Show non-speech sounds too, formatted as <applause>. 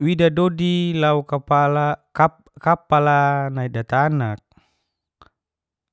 Wida dodi lau <hesitation> kapala nait datanak.